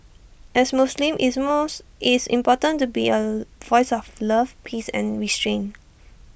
as Muslims it's moves it's important to be A voice of love peace and restraint